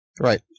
Right